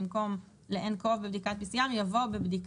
במקום "לnCov- בבדיקת PCR" יבוא "בבדיקה".